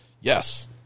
Yes